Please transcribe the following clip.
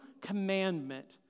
commandment